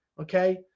okay